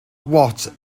watt